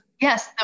Yes